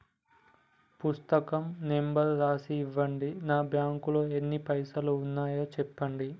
పుస్తకం నెంబరు రాసి ఇవ్వండి? నా బ్యాంకు లో ఎన్ని పైసలు ఉన్నాయో చెప్పండి?